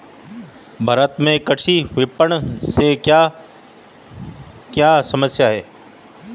भारत में कृषि विपणन से क्या क्या समस्या हैं?